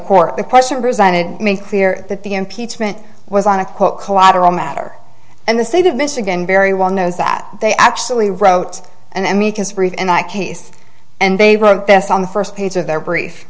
court the question presented made clear that the impeachment was on a quote collateral matter and the state of michigan very well knows that they actually wrote and mika's for it in that case and they wrote this on the first page of their brief